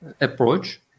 approach